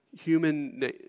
human